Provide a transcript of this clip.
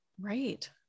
Right